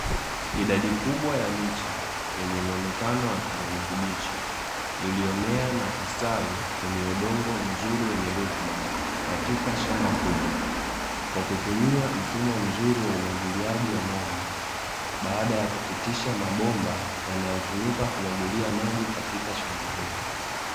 Idadi kubwa ya miche yenye muonekano ya kijani kibichi, iliyomea na kustawi kwenye udongo mzuri wenye rutuba, katika shamba kubwa. Kwa kutumia mfumo mzuri wa umwagiliaji wa maji, baada ya kupitisha mabomba yanayotumika kumwagilia maji, katika shamba hilo.